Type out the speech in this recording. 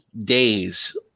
days